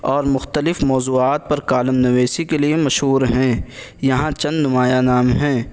اور مختلف موضوعات پر کالم نویسی کے لیے مشہور ہیں یہاں چند نمایاں نام ہیں